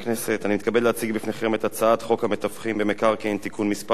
אני מתכבד להציג בפניכם את הצעת חוק המתווכים במקרקעין (תיקון מס' 7),